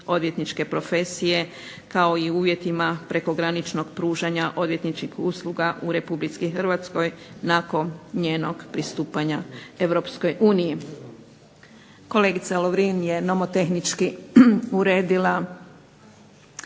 odvjetničke profesije kao i uvjetima prekograničnih pružanja odvjetničkih usluga u Republici Hrvatskoj nakon njenog pristupanja Europskoj uniji. Kolegica Lovrin je nomotehnički uredila